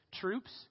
troops